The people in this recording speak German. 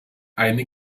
eine